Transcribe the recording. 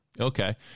Okay